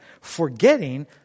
forgetting